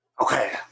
Okay